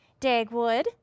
Dagwood